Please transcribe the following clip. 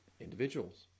individuals